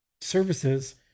services